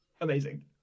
amazing